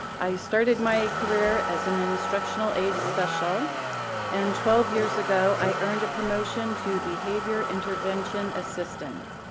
i started my career as an instructional aide special and twelve years ago, i earned a promotion to behavior intervention assistance.